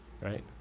right